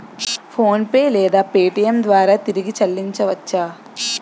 PhonePe లేదా Paytm ద్వారా తిరిగి చల్లించవచ్చ?